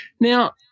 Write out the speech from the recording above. Now